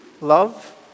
love